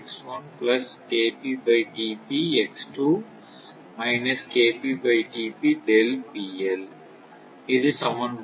இது சமன்பாடு